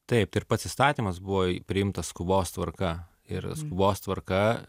taip ir pats įstatymas buvo priimtas skubos tvarka ir skubos tvarka